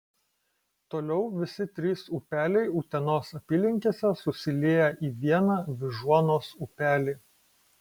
toliau visi trys upeliai utenos apylinkėse susilieja į vieną vyžuonos upelį